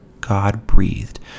God-breathed